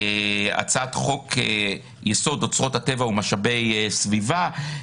הצעת חוק יסוד: אוצרות הטבע ומשאבי סביבה.